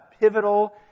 pivotal